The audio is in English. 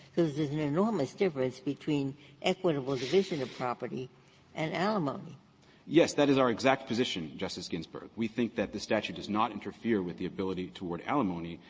because there's an enormous difference between equitable division of property and alimony. unikowsky yes. that is our exact position, justice ginsburg. we think that the statute does not interfere with the ability toward alimony,